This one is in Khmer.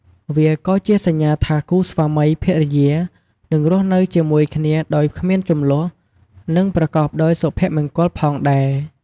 វាក៏ជាសញ្ញាថាគូស្វាមីភរិយានឹងរស់នៅជាមួយគ្នាដោយគ្មានជម្លោះ និងប្រកបដោយសុភមង្គលផងដែរ។